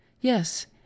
yes